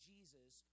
Jesus